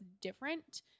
different